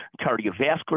Cardiovascular